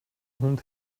hund